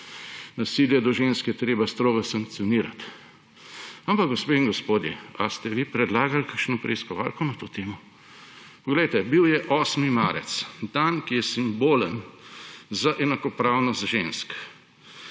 Nasilje do žensk je treba strogo sankcionirati. Ampak, gospe in gospodje, ali ste vi predlagali kakšno preiskovalko na to temo? Bil je 8. marec, dan, ki je simbolen za enakopravnost žensk.